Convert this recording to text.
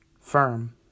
Firm